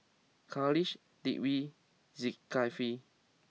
Khalish Dwi Zikri